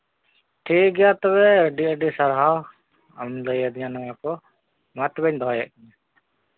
ᱴᱷᱤᱠ ᱜᱮᱭᱟ ᱛᱚᱵᱮ ᱟᱹᱰᱤ ᱟᱹᱰᱤ ᱥᱟᱨᱦᱟᱣ ᱟᱢ ᱞᱟᱹᱭ ᱫᱤᱧᱟ ᱱᱚᱣᱟ ᱠᱚ ᱢᱟ ᱛᱚᱵᱮᱧ ᱫᱚᱦᱚᱭᱮᱫ ᱠᱟᱱᱟ